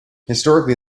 historically